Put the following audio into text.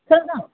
बेसेबां दाम